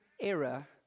era